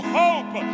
hope